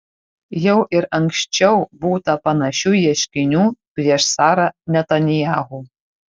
jau ir anksčiau būta panašių ieškinių prieš sara netanyahu